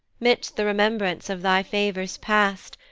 midst the remembrance of thy favours past,